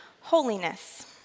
Holiness